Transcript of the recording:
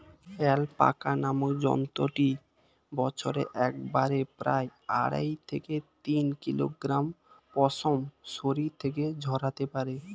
alpaca নামক জন্তুটি বছরে একবারে প্রায় আড়াই থেকে তিন কিলোগ্রাম পশম শরীর থেকে ঝরাতে পারে